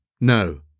no